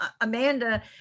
amanda